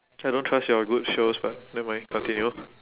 I don't trust your good shows but never mind continue